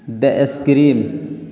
the screen